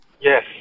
Yes